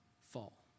fall